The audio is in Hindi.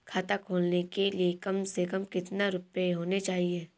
खाता खोलने के लिए कम से कम कितना रूपए होने चाहिए?